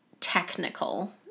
technical